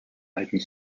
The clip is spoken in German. alten